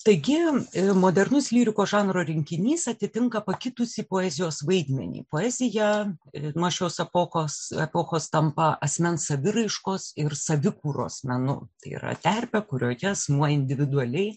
taigi modernus lyrikos žanro rinkinys atitinka pakitusį poezijos vaidmenį poezija nuo šios epokos epochos tampa asmens saviraiškos ir savikūros menu tai yra terpė kurioje asmuo individualiai